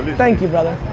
thank you, brother.